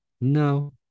no